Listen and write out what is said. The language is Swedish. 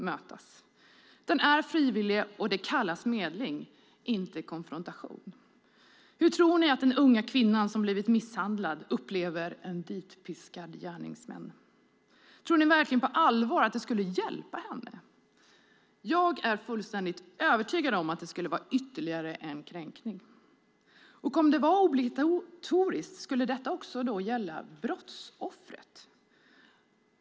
Detta är frivilligt och kallas medling, inte konfrontation. Hur tror ni att den unga kvinnan som blivit misshandlad upplever en ditpiskad gärningsman? Tror ni verkligen på allvar att det skulle hjälpa henne? Jag är fullständigt övertygad om att det skulle vara ytterligare en kränkning. Om det var obligatoriskt, skulle det också gälla brottsoffret?